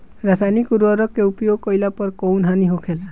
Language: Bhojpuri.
रसायनिक उर्वरक के उपयोग कइला पर कउन हानि होखेला?